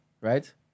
right